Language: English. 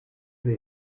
they